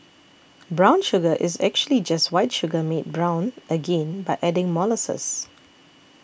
brown sugar is actually just white sugar made brown again by adding molasses